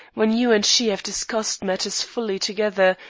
when you and she have discussed matters fully together,